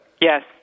Yes